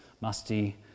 musty